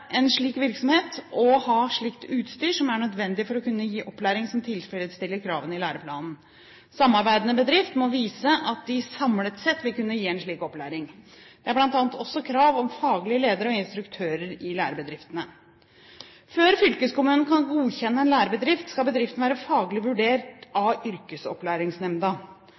en slik virksomhet og ha slikt utstyr som er nødvendig for å kunne gi en opplæring som tilfredsstiller kravene i læreplanen. Samarbeidende bedrifter må vise at de samlet sett vil kunne gi en slik opplæring. Det er bl.a. også krav om faglige ledere og instruktører i lærebedriftene. Før fylkeskommunen kan godkjenne en lærebedrift, skal bedriften være faglig vurdert av yrkesopplæringsnemnda.